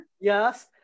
yes